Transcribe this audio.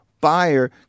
buyer